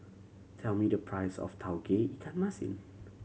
tell me the price of Tauge Ikan Masin